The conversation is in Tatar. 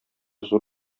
зур